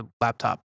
laptop